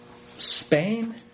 Spain